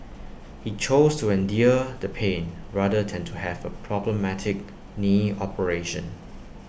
he chose to endure the pain rather than to have A problematic knee operation